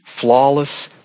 flawless